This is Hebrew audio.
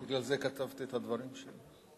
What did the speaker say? בגלל זה כתבתי את הדברים שלי.